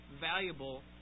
valuable